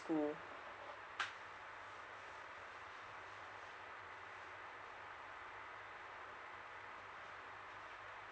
school